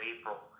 April